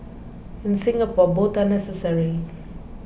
in Singapore both are necessary